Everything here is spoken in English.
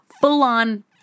full-on